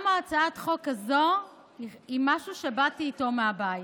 גם הצעת החוק הזו היא משהו שבאתי איתו מהבית.